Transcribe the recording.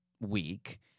week